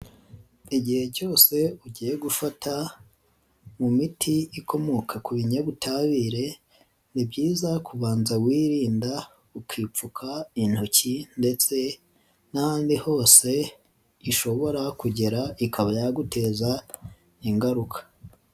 Igihe cyose ugiye gufata imiti ikomoka ku binyabutabire ni byiza kubanza wirinda ukipfuka intoki ndetse n'ahandi hose ishobora kugera, ikaba yaguteza ingaruka.